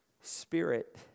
Spirit